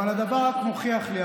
אבל הדבר רק מוכיח לי,